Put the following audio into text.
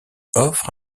offre